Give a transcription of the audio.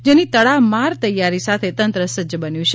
જેની તડામાર તૈયારી સાથે તંત્ર સજ્જ બન્યું છે